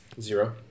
Zero